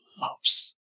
loves